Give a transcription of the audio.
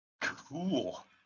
Cool